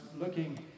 looking